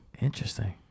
Interesting